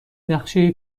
نقشه